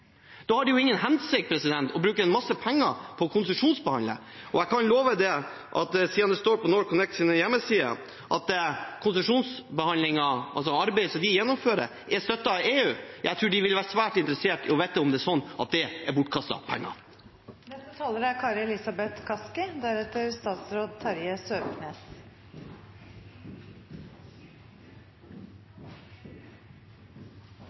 Da har det jo ingen hensikt å bruke en masse penger på å konsesjonsbehandle. Det står på NorthConnects hjemmesider at konsesjonsbehandlingen, altså arbeidet som de gjennomfører, er støttet av EU. Jeg tror de ville vært svært interessert i å vite om det er sånn at det er bortkastede penger. Det hevdes fra flere representanter i denne debatten at dette er